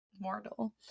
mortal